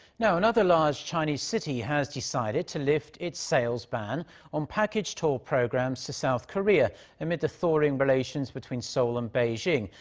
another large chinese city has decided to lift its sales ban on package tour programs to south korea amid the thawing relations between seoul and beijing.